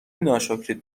ناشکرید